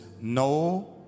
No